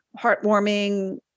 heartwarming